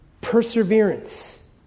perseverance